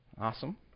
Awesome